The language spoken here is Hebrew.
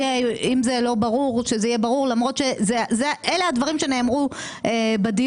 ייכתב כך: (7)